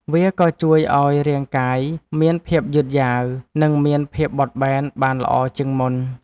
វាក៏ជួយឱ្យរាងកាយមានភាពយឺតយ៉ាវ និងមានភាពបត់បែនបានល្អជាងមុន។